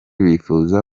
bifuza